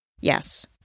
Yes